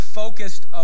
focused